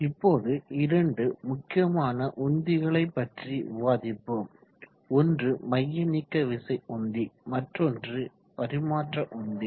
இப்போது இரண்டு முக்கியமான உந்திகளை பற்றி விவாதிப்போம் ஒன்று மையநீக்கவிசை உந்தி மற்றொன்று பரிமாற்ற உந்தி